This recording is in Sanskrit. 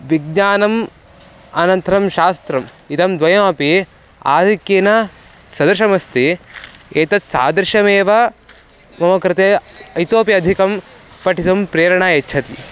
विज्ञानम् अनन्तरं शास्त्रम् इदं द्वयमपि आधिक्येन सदृशमस्ति एतत् सादृश्यमेव मम कृते इतोपि अधिकं पठितुं प्रेरणा यच्छति